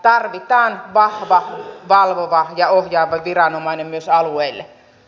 tarvitaan vahva valvova ja ohjaava viranomainen myös alueille